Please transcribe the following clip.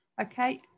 Okay